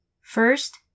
First